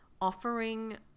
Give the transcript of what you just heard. offering